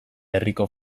herriko